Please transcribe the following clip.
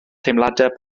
teimladau